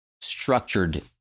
structured